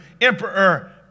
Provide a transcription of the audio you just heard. emperor